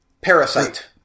Parasite